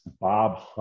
Bob